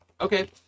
Okay